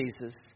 Jesus